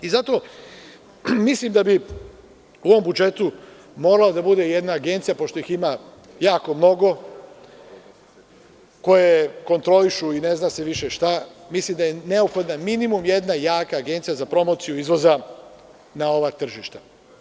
I zato mislim da bi u ovom budžetu morala da bude jedna agencija, pošto ih ima jako mnogo koje kontrolišu i ne zna se više šta, mislim da je neophodan minimum jedna jaka agencija za promociju izvoza na ova tržišta.